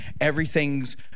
everything's